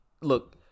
look